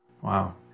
Wow